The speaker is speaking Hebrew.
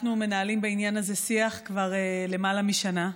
אנחנו מנהלים בעניין הזה שיח כבר למעלה משנה.